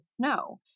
snow